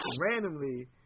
Randomly